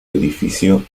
edificio